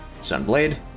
Sunblade